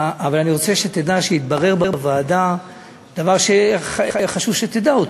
אבל אני רוצה שתדע שהתברר בוועדה דבר שחשוב שתדע אותו.